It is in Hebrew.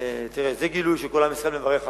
תראה, זה גילוי שכל עם ישראל מברך עליו.